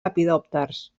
lepidòpters